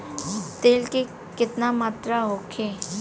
तेल के केतना मात्रा होखे?